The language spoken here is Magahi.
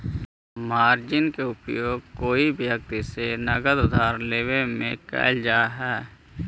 मार्जिन के प्रयोग कोई व्यक्ति से नगद उधार लेवे में कैल जा हई